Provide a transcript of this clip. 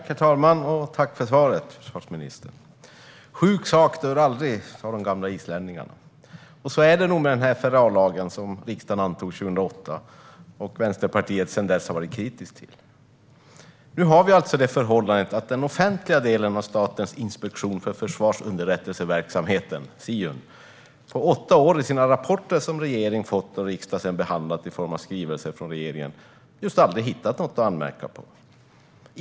Herr talman! Jag tackar försvarsministern för svaret. Sjuk sak dör aldrig, sa de gamla islänningarna, och så är det nog med den FRA-lag som riksdagen antog 2008 och som Vänsterpartiet sedan dess har varit kritisk till. Nu har vi alltså det förhållande att den offentliga delen av Statens inspektion för försvarsunderrättelseverksamheten, Siun, på åtta år i sina rapporter, som regering fått och riksdag sedan behandlat i form av en skrivelse från regeringen, just aldrig hittat något att anmärka på.